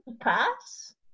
pass